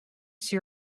see